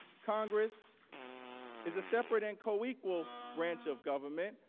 congress is a separate and coequal branch of government.